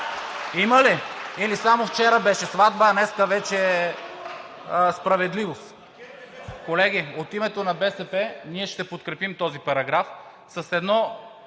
сватба или само вчера беше сватба, а днес вече е справедливост. Колеги, от името на БСП ще подкрепим този параграф с една